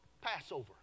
Passover